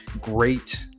great